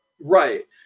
Right